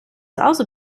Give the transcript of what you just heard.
also